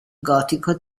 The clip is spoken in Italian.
gotico